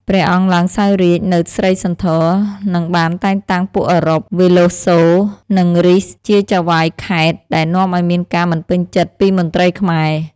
ព្រះអង្គឡើងសោយរាជ្យនៅស្រីសន្ធរ និងបានតែងតាំងពួកអឺរ៉ុប វេឡូសូ និងរីស ជាចៅហ្វាយខេត្ត ដែលនាំឱ្យមានការមិនពេញចិត្តពីមន្ត្រីខ្មែរ។